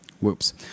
Whoops